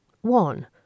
One